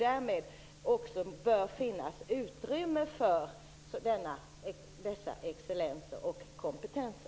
Därför bör det också finnas utrymme för dessa excellenser och kompetenser.